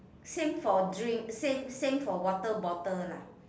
same for drink same same for water bottle lah